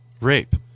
rape